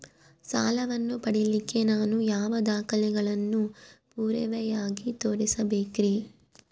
ಸಾಲವನ್ನು ಪಡಿಲಿಕ್ಕೆ ನಾನು ಯಾವ ದಾಖಲೆಗಳನ್ನು ಪುರಾವೆಯಾಗಿ ತೋರಿಸಬೇಕ್ರಿ?